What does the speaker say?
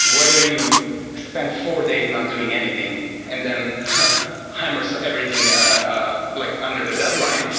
whether you spend four days not doing anything and then hammers everything ah like under the deadline,